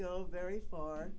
go very far